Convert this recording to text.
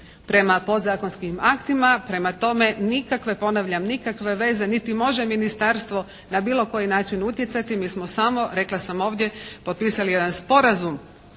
prema podzakonskim aktima. Prema tome nikakve, ponavljam nikakve veze niti može Ministarstvo na bilo koji način utjecati. Mi smo samo, rekla sam ovdje potpisali jedan sporazum